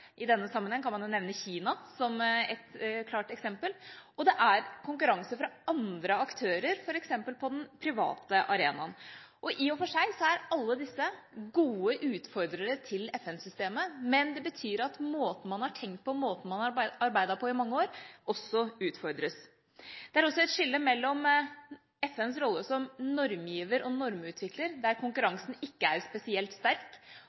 i denne sammenheng kan man nevne Kina som et klart eksempel – og det er konkurranse fra andre aktører, f.eks. på den private arenaen. I og for seg er alle disse gode utfordrere til FN-systemet, men det betyr at måten man har tenkt på og arbeidet på i mange år, også utfordres. Det er også et skille mellom FNs rolle som normgiver og normutvikler, der konkurransen ikke er spesielt sterk, og FNs rolle som utviklingsaktør, der konkurransen er særlig sterk.